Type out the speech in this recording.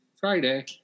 Friday